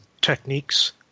techniques